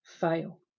fail